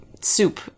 Soup